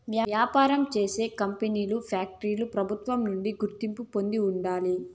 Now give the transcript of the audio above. వ్యాపారం చేసే కంపెనీలు ఫ్యాక్టరీలు ప్రభుత్వం నుంచి గుర్తింపు పొంది ఉండాలి